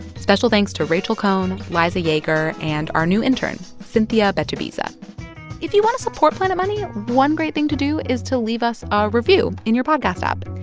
special thanks to rachel cohn, liza yeager and our new intern cynthia betubiza if you want to support planet money, one great thing to do is to leave us a review in your podcast app.